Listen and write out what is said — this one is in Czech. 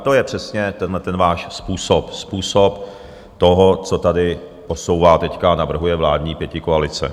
To je přesně ten váš způsob, způsob toho, co tady podsouvá a navrhuje vládní pětikoalice.